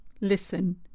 listen